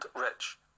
rich